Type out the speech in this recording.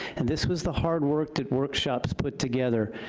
and this was the hard work that workshops put together.